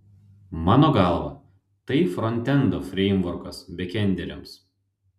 mano galva tai frontendo freimvorkas bekenderiams